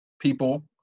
people